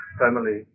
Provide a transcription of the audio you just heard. family